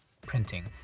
printing